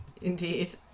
Indeed